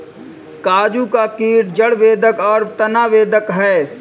काजू का कीट जड़ बेधक और तना बेधक है